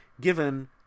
given